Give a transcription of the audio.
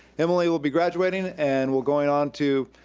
emily will be graduating, and will going on to